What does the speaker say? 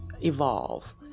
evolve